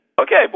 Okay